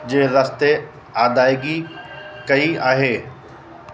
जे रस्ते अदाइगी कई आहे